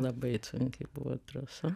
labai sunki buvo trasa